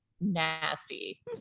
nasty